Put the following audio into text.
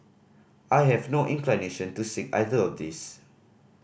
I have no inclination to seek either of these